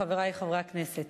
חברי חברי הכנסת,